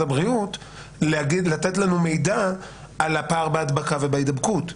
הבריאות לתת לנו מידע על הפער בהדבקה ובהידבקות,